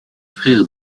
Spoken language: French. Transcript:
frère